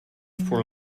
for